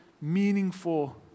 meaningful